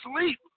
sleep